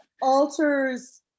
alters